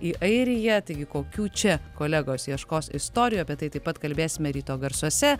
į airiją taigi kokių čia kolegos ieškos istorijų apie tai taip pat kalbėsime ryto garsuose